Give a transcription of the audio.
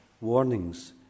warnings